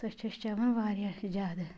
سۄ چھِ أسۍ چیٚوان واریاہ زیٛادٕ